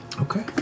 Okay